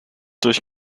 durch